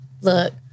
look